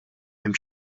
hemm